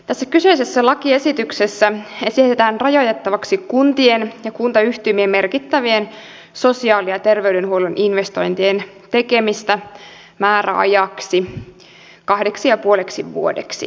tässä kyseisessä lakiesityksessä esitetään rajoitettavaksi kuntien ja kuntayhtymien merkittävien sosiaali ja terveydenhuollon investointien tekemistä määräajaksi kahdeksi ja puoleksi vuodeksi